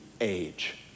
age